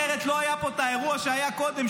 אחרת לא היה פה האירוע שהיה קודם,